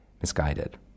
misguided